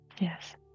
Yes